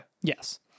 Yes